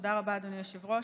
תודה רבה, אדוני היושב-ראש.